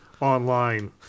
online